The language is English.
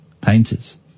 painters